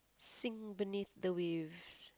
sink beneath the waves